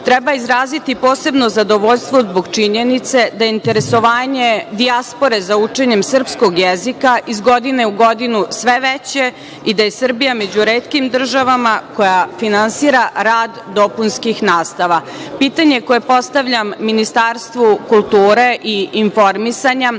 izraziti posebno zadovoljstvo zbog činjenice da je interesovanje dijaspore za učenjem srpskog jezika iz godinu u godinu sve veće i da je Srbija među retkim državama koja finansira rad dopunskih nastava. Pitanje koje postavljam Ministarstvu kulture i informisanja